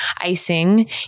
icing